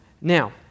Now